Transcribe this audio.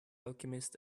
alchemist